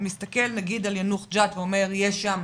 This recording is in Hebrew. מסתכל על יאנוח-ג'ת למשל ואומר שיש שם